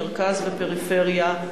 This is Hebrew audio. מרכז ופריפריה,